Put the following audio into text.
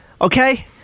okay